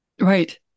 Right